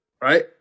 Right